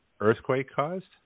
earthquake-caused